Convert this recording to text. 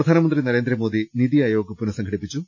പ്രധാനമന്ത്രി നരേന്ദ്രമോദി നിതി ആയോഗ് പുനസംഘടിപ്പിച്ചു